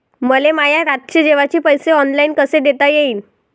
मले माया रातचे जेवाचे पैसे ऑनलाईन कसे देता येईन?